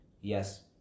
yes